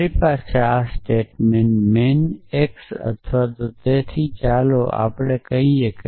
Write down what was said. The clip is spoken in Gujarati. મારી પાસે આ સ્ટેટમેન્ટ મેન x અથવા તેથી ચાલો આપણે કહીએ કે